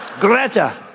gretar.